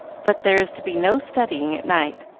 but there is to be no studying at night,